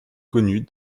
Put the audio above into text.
connu